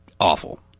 awful